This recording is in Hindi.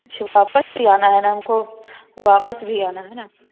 अच्छा वापस भी आना है न हमको वापस भी आना है न